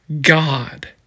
God